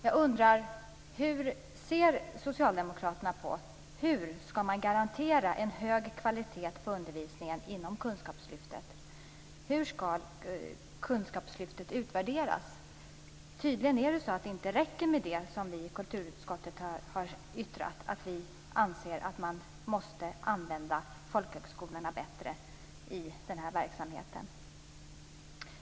Jag undrar: Hur tycker socialdemokraterna att man skall garantera en hög kvalitet på undervisningen inom kunskapslyftet? Hur skall kunskapslyftet utvärderas? Tydligen räcker det inte med det som vi i kulturutskottet har yttrat, nämligen att vi anser att man måste använda folkhögskolorna bättre i den här verksamheten.